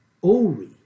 Ori